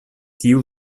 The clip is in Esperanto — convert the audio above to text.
tiu